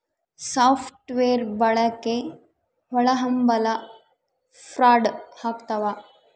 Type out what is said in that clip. soft wear ಬಳಕೆ ಒಳಹಂಭಲ fraud ಆಗ್ತವ